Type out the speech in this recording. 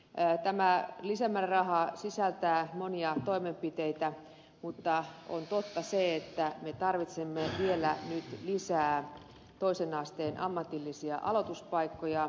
tämä lisämääräraha sisältää monia toimenpiteitä mutta on totta että me tarvitsemme nyt vielä lisää toisen asteen ammatillisia aloituspaikkoja